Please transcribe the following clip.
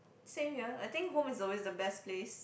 same here I think home is always the best place